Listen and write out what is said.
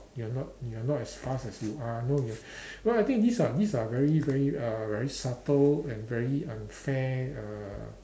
you are not you are not as fast as you are know you what I think these are these are very very uh very subtle and very unfair uh